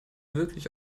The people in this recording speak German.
wirklich